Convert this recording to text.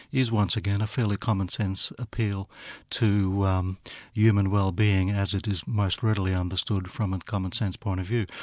is once again, a fairly commonsense appeal to um human wellbeing, as it is most readily understood from a commonsense point of view.